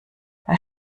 bei